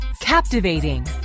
Captivating